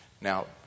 Now